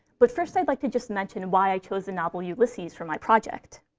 but first i'd like to just mention why i chose the novel ulysses for my project.